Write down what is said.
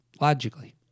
logically